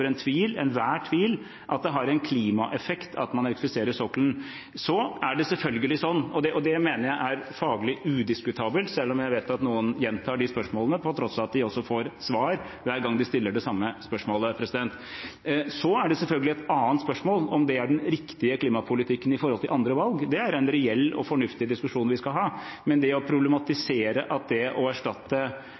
enhver tvil at det har en klimaeffekt at man elektrifiserer sokkelen. Det mener jeg er faglig udiskutabelt, selv om jeg vet at noen gjentar de spørsmålene på tross av at de får svar hver gang de stiller det samme spørsmålet. Så er det selvfølgelig et annet spørsmål om det er den riktige klimapolitikken i forhold til andre valg. Det er en reell og fornuftig diskusjon vi skal ha, men det å problematisere om det å erstatte